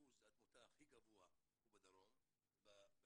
אחוז התמותה הכי גבוה הוא בדרום בקרב